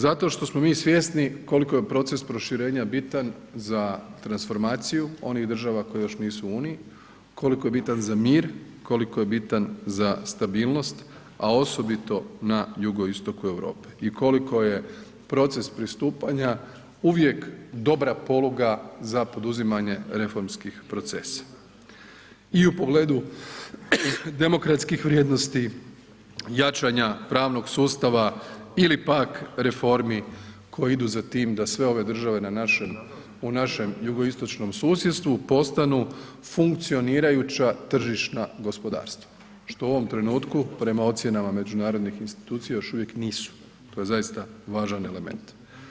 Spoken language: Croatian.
Zato što smo mi svjesni koliko je proces proširenja bitan za transformaciju onih država koje još nisu u Uniji, koliko je bitan za mir, koliko je bitan za stabilnost, a osobito na Jugoistoku Europe i koliko je proces pristupanja uvijek dobra poluga za poduzimanje reformskih procesa i u pogledu demokratskih vrijednosti jačanja pravnog sustava ili pak reformi koji idu za tim da sve ove države u našem jugoistočnom susjedstvu postanu funkcionirajuća tržišna gospodarstva, što u ovom trenutku prema ocjenama međunarodnih institucija još uvijek nisu, to je zaista važan element.